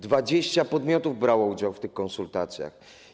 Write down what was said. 20 podmiotów brało udział w tych konsultacjach.